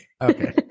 Okay